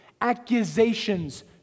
accusations